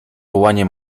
wołanie